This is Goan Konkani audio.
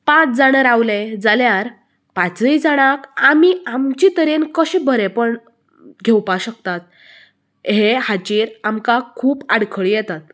पांच जाणां रावले जाल्यार पाचय जाणांक आमी आमचे तरेन कशे बरेपण घेवपा शकतात हे हाचेर आमकां खूब आडखळी येतात